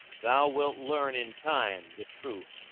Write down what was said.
thou wilt learn in time the truth,